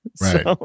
Right